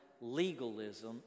legalism